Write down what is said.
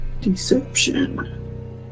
deception